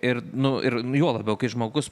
ir nu ir juo labiau kai žmogus